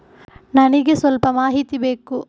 ನನಿಗೆ ಸ್ವಲ್ಪ ಮಾಹಿತಿ ಬೇಕು